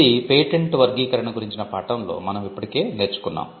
ఇది పేటెంట్ వర్గీకరణ గురించిన పాఠంలో మనం ఇప్పటికే నేర్చుకున్నాం